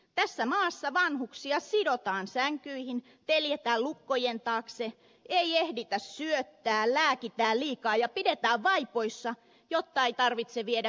tässä maassa vanhuksia sidotaan sänkyihin teljetään lukkojen taakse ei ehditä syöttää lääkitään liikaa ja pidetään vaipoissa jotta ei tarvitse viedä vessaan